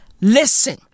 listen